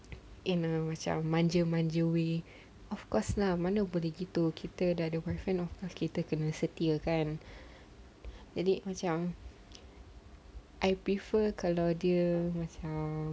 in a macam manja-manja way of course lah mana boleh gitu kita dah ada boyfriend of course kita kena setia kan jadi macam I prefer kalau dia macam